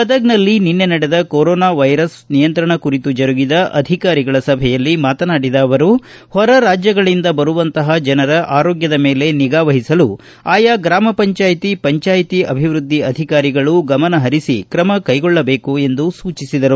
ಗದಗ್ನಲ್ಲಿ ನಿನ್ನೆ ನಡೆದ ಕೊರೊನಾ ವೈರಸ್ ನಿಯಂತ್ರಣ ಕುರಿತು ಜರುಗಿದ ಅಧಿಕಾರಿಗಳ ಸಭೆಯಲ್ಲಿ ಮಾತನಾಡಿದ ಅವರು ಹೊರ ರಾಜ್ಜಗಳಿಂದ ಬರುವಂತಹ ಜನರ ಆರೋಗ್ಣದ ಮೇಲೆ ನಿಗಾವಹಿಸಲು ಆಯಾ ಗ್ರಾಮ ಪಂಚಾಯ್ತಿ ಪಂಚಾಯ್ತಿ ಅಭಿವೃದ್ಧಿ ಅಧಿಕಾರಿಗಳು ಗಮನಹರಿಸಿ ಕ್ರಮ ಕೈಗೊಳ್ಳಬೇಕು ಎಂದು ಸೂಚಿಸಿದರು